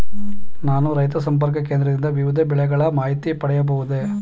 ನಾನು ರೈತ ಸಂಪರ್ಕ ಕೇಂದ್ರದಿಂದ ವಿವಿಧ ಬೆಳೆಗಳ ಮಾಹಿತಿಯನ್ನು ಪಡೆಯಬಹುದೇ?